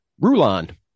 Rulon